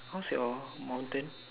how's your mountain